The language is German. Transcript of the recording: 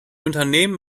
unternehmen